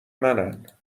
منن